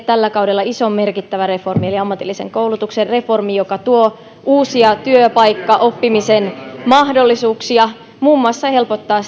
tällä kaudella ison merkittävän reformin eli ammatillisen koulutuksen reformin joka tuo uusia työpaikkaoppimisen mahdollisuuksia muun muassa helpottaa